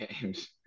games